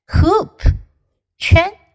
Hoop,圈